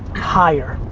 higher.